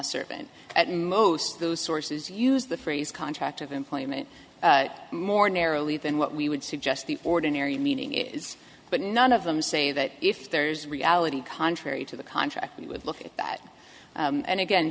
at most those sources use the phrase contract of employment more narrowly than what we would suggest the ordinary meaning is but none of them say that if there's reality contrary to the contract he would look at that and again